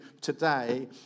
today